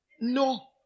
No